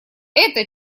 это